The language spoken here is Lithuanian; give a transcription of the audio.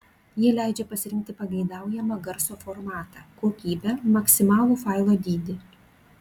ji leidžia pasirinkti pageidaujamą garso formatą kokybę maksimalų failo dydį